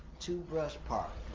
to brush park.